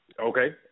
Okay